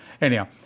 Anyhow